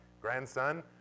grandson